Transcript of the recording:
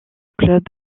club